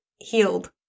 healed